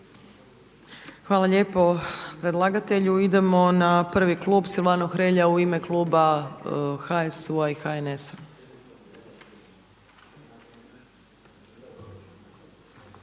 Hvala lijepo predlagatelju. Idemo na prvi klub. Silvano Hrelja u ime kluba HSU-a i HNS-a.